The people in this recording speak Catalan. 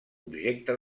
objecte